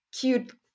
cute